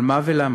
על מה ולמה?